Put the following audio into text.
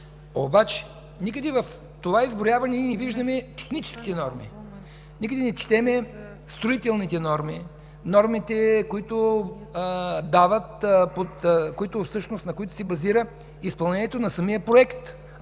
Обаче никъде в това изброяване не виждаме техническите норми, никъде не четем строителните норми, нормите, на които се базира изпълнението на самия проект,